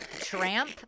Tramp